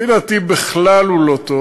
לפי דעתי הוא בכלל לא טוב.